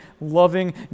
loving